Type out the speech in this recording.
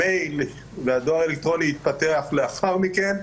המייל והדואר האלקטרוני התפתחו לאחר מכן.